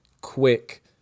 quick